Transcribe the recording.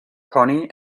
connie